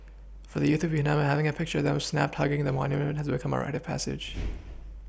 for the youth of Vietnam having a picture of them snapped hugging the monument has become a rite of passage